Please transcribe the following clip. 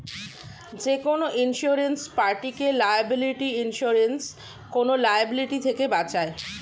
যেকোনো ইন্সুরেন্স পার্টিকে liability insurance কোন লায়াবিলিটি থেকে বাঁচায়